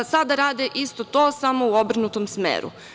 Sada rade isto to, samo u obrnutom smeru.